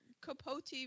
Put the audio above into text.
Capote